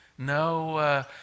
No